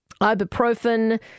ibuprofen